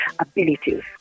abilities